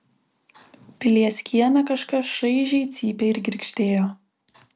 pilies kieme kažkas šaižiai cypė ir girgždėjo